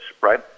right